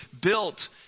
built